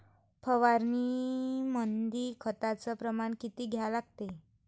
फवारनीमंदी खताचं प्रमान किती घ्या लागते?